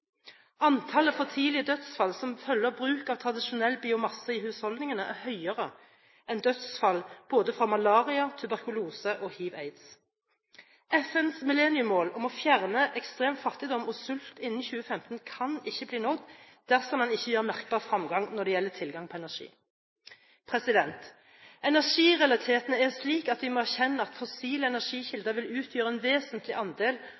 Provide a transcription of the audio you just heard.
Antallet for tidlige dødsfall som følge av bruk av tradisjonell biomasse i husholdningene er høyere enn dødsfall av både malaria, tuberkulose og hiv/aids. FNs milleniummål om å fjerne ekstrem fattigdom og sult innen 2015 kan ikke bli nådd dersom man ikke gjør merkbar fremgang når det gjelder tilgang på energi. Energirealitetene er slik at vi må erkjenne at fossile energikilder vil utgjøre en vesentlig andel